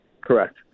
Correct